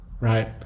Right